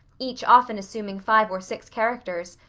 each often assuming five or six characters,